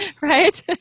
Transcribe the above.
right